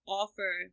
offer